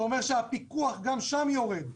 זה אומר שהפיקוח גם שם יורד.